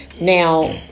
Now